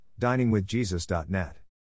DiningWithJesus.net